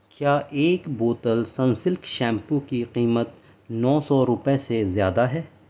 کیا ایک بوتل سنسلک شیمپو کی قیمت نو سو روپئے سے زیادہ ہے